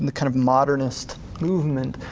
and kind of modernist movement,